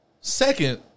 Second